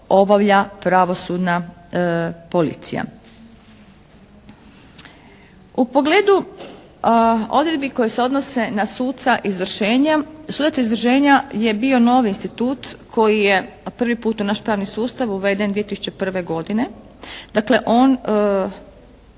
obavlja pravosudna policija. U pogledu odredbi koje se odnose na suca izvršenja, sudac izvršenja je bio novi institut koji je prvi put u naš pravni sustav uveden 2001. godine. Dakle, on